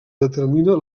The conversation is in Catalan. determina